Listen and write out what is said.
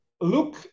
Look